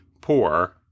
poor